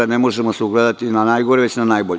Ne možemo se ugledati na najgore, već na najbolje.